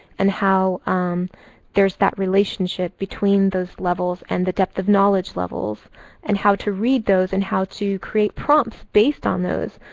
and how um there's that relationship between those levels and the depth of knowledge levels and how to read those and how to create prompts based on those.